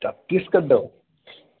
ഛത്തിസ്ഘഡോ